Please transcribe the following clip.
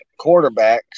quarterbacks